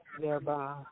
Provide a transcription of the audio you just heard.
thereby